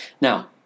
Now